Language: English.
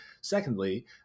Secondly